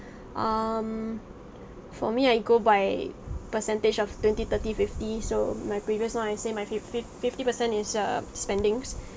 um for me I go by percentage of twenty thirty fifty so my previous long I say my fif~ fif~ fifty percent is err spendings